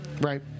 Right